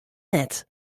net